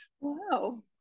Wow